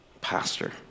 pastor